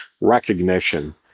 recognition